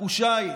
התחושה היא